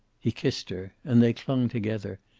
he kissed her. and they clung together,